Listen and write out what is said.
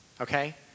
okay